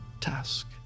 task